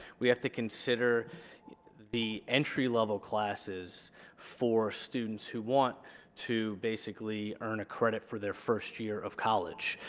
we have to consider the entry level classes for students who want to basically earn a credit for their first year of college.